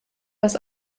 was